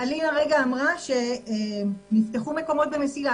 אלין הרגע אמרה שנפתחו מקומות ב"מסילה",